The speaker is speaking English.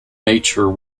nature